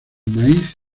maíz